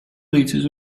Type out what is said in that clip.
liters